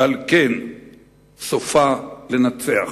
ועל כן סופה לנצח.